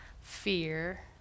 fear